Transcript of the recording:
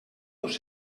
dos